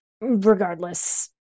Regardless